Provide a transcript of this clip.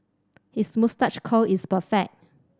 his moustache curl is perfect